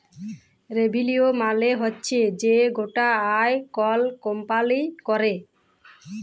revenue মালে হচ্যে যে গটা আয় কল কম্পালি ক্যরে